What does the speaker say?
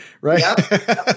Right